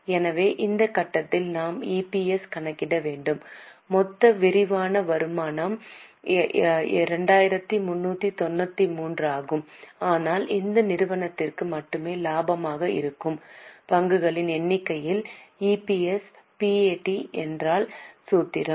எனவே இந்த கட்டத்தில் நாம் இபிஎஸ் கணக்கிட வேண்டும் மொத்த விரிவான வருமானம் 2393 ஆகும் ஆனால் இந்த நிறுவனத்திற்கு மட்டுமே லாபமாக இருக்கும் பங்குகளின் எண்ணிக்கையில் இபிஎஸ் பிஏடி என்றால் சூத்திரம்